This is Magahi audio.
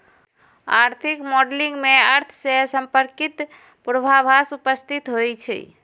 आर्थिक मॉडलिंग में अर्थ से संपर्कित पूर्वाभास उपस्थित होइ छइ